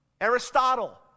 Aristotle